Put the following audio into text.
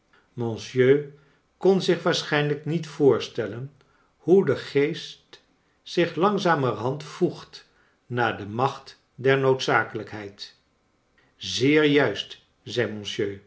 kon zich waarschijniijk niet voorstellen hoe de gecst zich laugzamerhand voegt naar de macht der noodzakelijkheid zeer